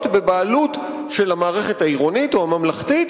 בבעלות של המערכת העירונית או הממלכתית,